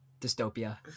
Dystopia